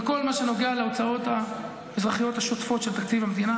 בכל מה שנוגע להוצאות האזרחיות השוטפות של תקציב המדינה,